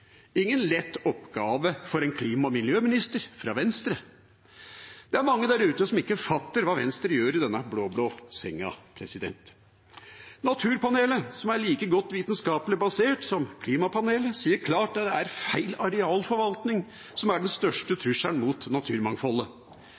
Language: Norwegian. ingen lett oppgave for en klima- og miljøminister fra Venstre. Det er mange der ute som ikke fatter hva Venstre gjør i denne blå-blå senga. Naturpanelet, som er like godt vitenskapelig basert som klimapanelet, sier klart at det er feil arealforvaltning som er den største